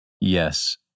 Yes